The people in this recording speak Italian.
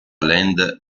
land